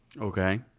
Okay